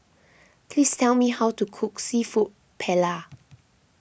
please tell me how to cook Seafood Paella